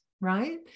right